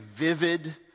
vivid